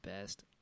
best